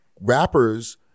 rappers